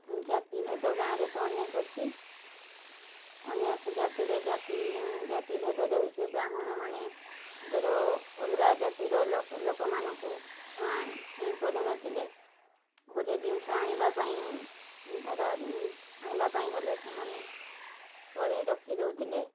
ଜାତିଭେଦ ଗାଁ'ରେ ତ ଅନେକ ଅଛି ଅନେକ ଜାତିରେ ଜାତି ଜାତିଭେଦ ରହିଛି ବ୍ରାହ୍ମଣମାନେ ଧର ଅଲଗା ଜାତିର ଲୋକ ଲୋକମାନଙ୍କୁ ଛୁଆଁ ଛୁଇଁ କରୁନଥିଲେ ଗୋଟେ ଜିନିଷ ଆଣିବା ପାଇଁ ଧର ଆଣିବା ପାଇଁ ଗଲେ ସେମାନେ ତଳେ ରଖି ଦେଉଥିଲେ